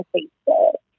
Facebook